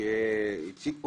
כשהציג פה